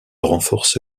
renforce